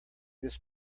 this